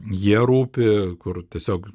jie rūpi kur tiesiog